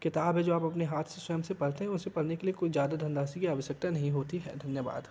किताब है जो आप अपने हाथ से स्वयं से पढ़ते हैं उसे पढ़ने के लिए कोई ज़्यादा धनराशी की आवश्यकता नहीं होती है धन्यवाद